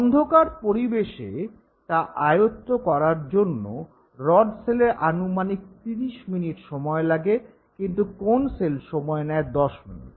অন্ধকার পরিবেশে তা আয়ত্ত করার জন্য রড সেলের আনুমানিক ৩০ মিনিট সময় লাগে কিন্তু কোণ সেল সময় নেয় ১০ মিনিট